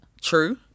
true